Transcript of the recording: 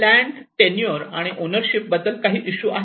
land tenure आणि ownership बद्दल काही इशू आहेत